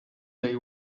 they